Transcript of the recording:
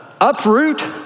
uproot